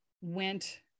went